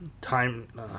time